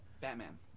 Batman